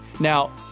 Now